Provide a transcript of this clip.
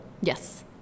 Yes